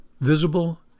visible